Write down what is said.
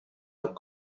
oat